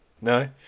No